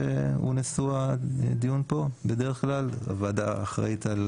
שהוא בדרך כלל נשוא הדיון פה - הוועדה אחראית על